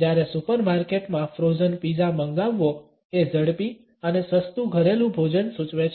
જ્યારે સુપરમાર્કેટ માં frozen pizza મંગાવવો એ ઝડપી અને સસ્તું ઘરેલું ભોજન સૂચવે છે